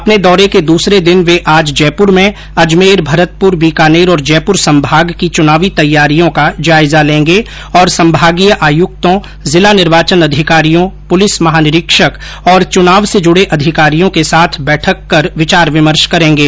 अपने दौरे के दूसरे दिन वे आज जयपुर में अजमेर भरतपुर बीकानेर और जयपुर संभाग की चुनावी तैयारियों का जायजा लेंगे और संभागीय आयुक्तों जिला निर्वाचन अधिकारियों पुलिस महानिरीक्षक और चुनाव से जुडे अधिकारियों के साथ बैठक कर विचार विमर्श करेंगे